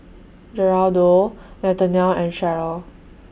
Geraldo Nathanial and Sheryl